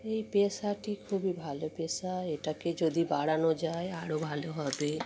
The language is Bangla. এই পেশাটি খুবই ভালো পেশা এটাকে যদি বাড়ানো যায় আরও ভালো হবে